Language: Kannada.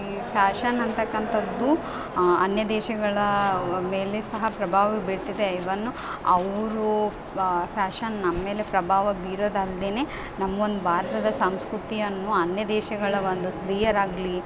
ಈ ಫ್ಯಾಷನ್ ಅಂತಕ್ಕಂಥದ್ದು ಅನ್ಯದೇಶಗಳ ಮೇಲೆ ಸಹ ಪ್ರಭಾವ ಬೀರ್ತಿದೆ ಇವನ್ನು ಅವರು ಫ್ಯಾಷನ್ ನಮ್ಮಮೇಲೆ ಪ್ರಭಾವ ಬಿರೋದಲ್ದೆನೆ ನಮ್ಗೊಂದು ಭಾರತದ ಸಂಸ್ಕೃತಿಯನ್ನು ಅನ್ಯದೇಶಗಳ ಒಂದು ಸ್ತ್ರೀಯರಾಗಲಿ